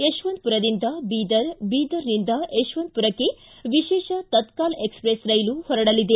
ಯಶವಂತಪುರದಿಂದ ಬೀದರ್ ಬೀದರ್ನಿಂದ ಯಶವಂತಪುರಕ್ಕೆ ವಿಶೇಷ ತತ್ಕಾಲ್ ಎಕ್ಸ್ಪ್ರೆಸ್ ರೈಲು ಹೊರಡಲಿದೆ